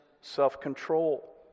self-control